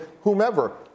whomever